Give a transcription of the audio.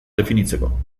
definitzeko